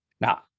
Now